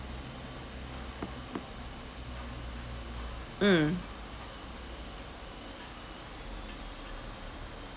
mm